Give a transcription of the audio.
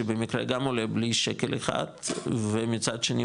שבמקרה גם עולה בלי שקל אחד ומצד שני,